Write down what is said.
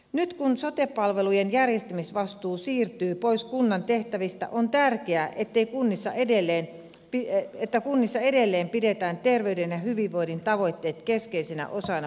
nyt kun sote palvelujen järjestämisvastuu siirtyy pois kunnan tehtävistä on tärkeää että kunnissa edelleen pidetään ter veyden ja hyvinvoinnin tavoitteet keskeisenä osana päätöksentekoa